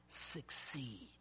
succeed